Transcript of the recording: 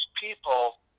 people